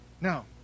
Now